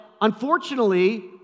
unfortunately